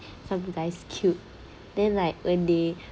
some guy's cute then like when they